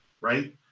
right